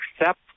accept